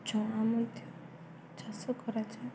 ଚଣା ମଧ୍ୟ ଚାଷ କରାଯାଏ